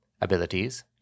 Abilities